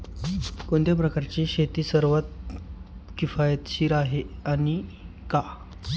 कोणत्या प्रकारची शेती सर्वात किफायतशीर आहे आणि का?